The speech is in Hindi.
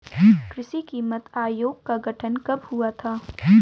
कृषि कीमत आयोग का गठन कब हुआ था?